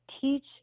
teach